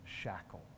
shackle